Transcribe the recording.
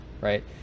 right